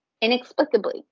Inexplicably